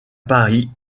paris